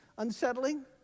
unsettling